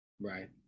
Right